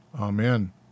Amen